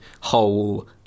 whole